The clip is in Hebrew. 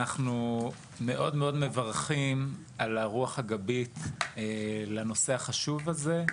אנחנו מאוד מברכים על הרוח הגבית לנושא החשוב הזה.